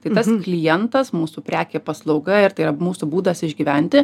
tai tas klientas mūsų prekė paslauga ir tai yra mūsų būdas išgyventi